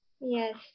yes